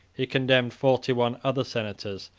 he condemned forty-one other senators,